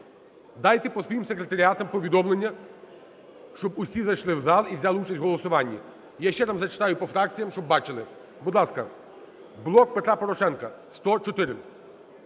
Дайте по своїм секретаріатам повідомлення, щоб усі зайшли в зал і взяли участь в голосуванні. Я ще раз зачитаю по фракціях, щоб бачили. Будь ласка. "Блок Петра Порошенка" – 104,